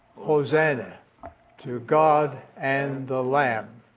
hosanna to god and the lamb.